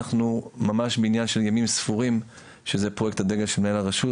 אנחנו ממש מניין של ימים ספורים שזה פרויקט הדגל של מנהל הרשות,